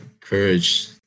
courage